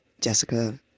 Jessica